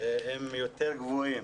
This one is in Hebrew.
הם יותר גבוהים